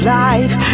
life